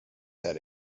had